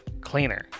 cleaner